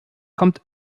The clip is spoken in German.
kommt